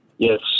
Yes